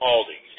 Aldi